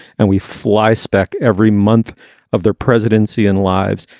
and we flyspeck every month of their presidency and lives.